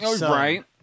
right